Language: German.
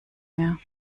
mehr